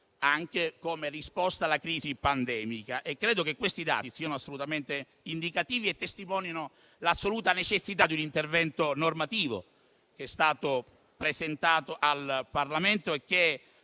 anche come risposta alla crisi pandemica. E credo che essi siano assolutamente indicativi e testimonino l'assoluta necessità di un intervento normativo, che è stato presentato al Parlamento e che